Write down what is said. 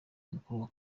mukuru